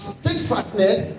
steadfastness